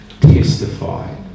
testify